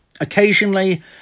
Occasionally